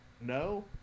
No